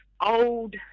old